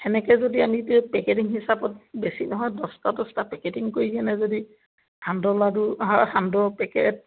সেনেকৈ যদি আমি এই পেকেটিং হিচাপত বেছি নহয় দহটা দহটা পেকেটিং কৰি কিনে যদি সান্দহ লাডু সান্দহ পেকেট